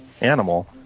animal